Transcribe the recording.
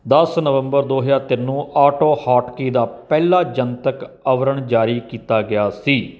ਦਸ ਨਵੰਬਰ ਦੋ ਹਜ਼ਾਰ ਤਿੰਨ ਨੂੰ ਆਟੋਹੌਟਕੀ ਦਾ ਪਹਿਲਾ ਜਨਤਕ ਅਵਰਣ ਜਾਰੀ ਕੀਤਾ ਗਿਆ ਸੀ